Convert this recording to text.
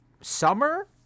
summer